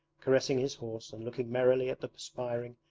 caressing his horse and looking merrily at the perspiring,